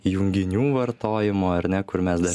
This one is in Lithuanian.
junginių vartojimo ar ne kur mes dar